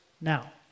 now